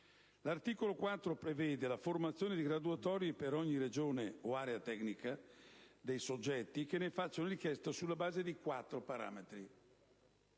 L'articolo 4 prevede la formazione di graduatorie per ogni Regione o area tecnica dei soggetti che ne facciano richiesta sulla base di quattro parametri: